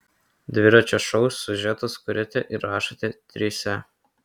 dviračio šou siužetus kuriate ir rašote trise